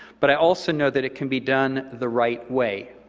but i also know that it can be done the right way,